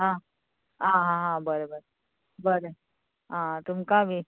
आं आं बरें बरें बरें आ तुमकां बी